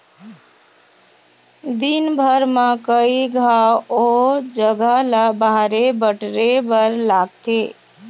दिनभर म कइ घांव ओ जघा ल बाहरे बटरे बर लागथे